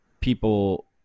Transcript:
people